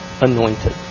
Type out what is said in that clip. anointed